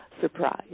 surprise